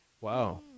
Wow